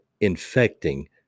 infecting